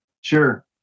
Sure